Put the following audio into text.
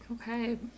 Okay